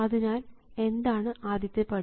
അതിനാൽ എന്താണ് ആദ്യത്തെ പടി